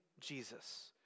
Jesus